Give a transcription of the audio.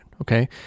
Okay